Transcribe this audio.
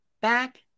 back